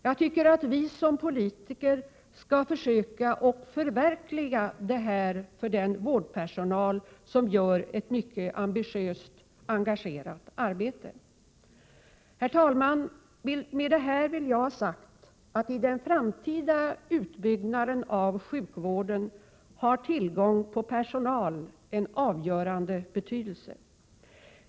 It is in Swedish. Jag tycker att vi som politiker skall försöka förverkliga detta önskemål för den personal som utför ett mycket ambitiöst och engagerat arbete. Herr talman! Med detta vill jag ha sagt att tillgången på personal är av avgörande betydelse för den framtida utbyggnaden av sjukvården.